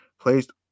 placed